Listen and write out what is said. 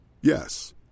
Yes